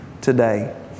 today